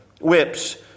Whips